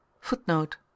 Footnote